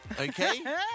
Okay